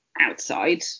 outside